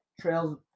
trails